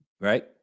right